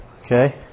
okay